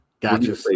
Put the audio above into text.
Gotcha